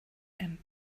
and